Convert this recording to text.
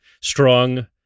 strong